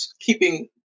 keeping